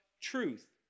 truth